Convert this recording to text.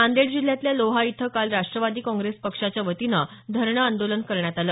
नांदेड जिल्ह्यातल्या लोहा इथं काल राष्ट्रवादी काँग्रेस पक्षाच्यावतीनं धरणं आंदोलन करण्यात आलं